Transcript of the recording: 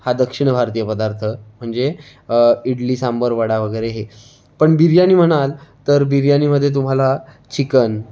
हा दक्षिण भारतीय पदार्थ म्हणजे इडली सांबार वडा वगैरे हे पण बिर्याणी म्हणाल तर बिर्याणीमध्ये तुम्हाला चिकन